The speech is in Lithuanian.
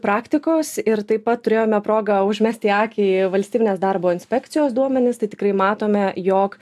praktikos ir taip pat turėjome progą užmesti akį į valstybinės darbo inspekcijos duomenis tai tikrai matome jog